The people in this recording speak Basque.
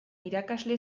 irakasle